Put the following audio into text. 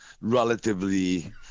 relatively